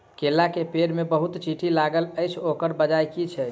केला केँ पेड़ मे बहुत चींटी लागल अछि, ओकर बजय की छै?